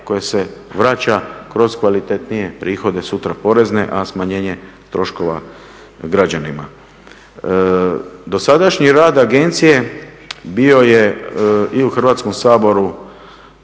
koje se vraća kroz kvalitetnije prihode, sutra porezne, a smanjenje troškova građanima. Dosadašnji rad agencije bio je i u Hrvatskom saboru,